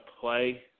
play